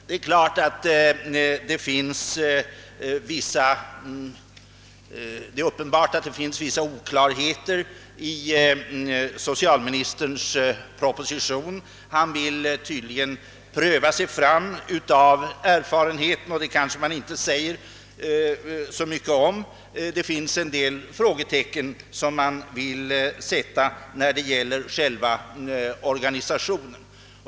Det är uppenbart att det finns vissa oklarheter i socialministerns proposition. Han vill tydligen pröva sig fram genom erfarenheter, och det kanske man inte säger så mycket om; det finns en del frågetecken som man vill sätta beträffande själva organisationen.